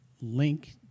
link